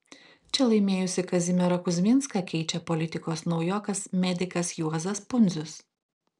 čia laimėjusį kazimierą kuzminską keičia politikos naujokas medikas juozas pundzius